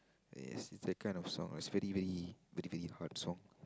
yes it's a kind of song uh it's very very very very hard song